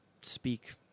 speak